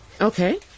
Okay